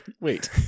Wait